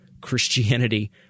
Christianity